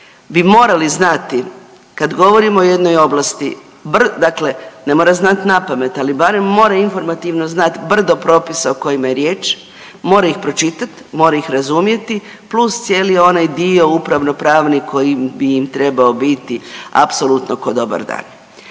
bi morali znati kad govorimo o jednoj oblasti, dakle ne mora znati napamet, ali barem mora informativno znati brdo propisa o kojima je riječ, mora ih pročitati, mora ih razumjeti plus cijeli onaj dio upravno pravno koji bi im trebao biti apsolutno ko dobar dan.